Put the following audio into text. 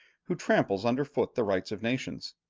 who tramples under foot the rights of nations.